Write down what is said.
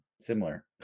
similar